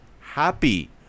happy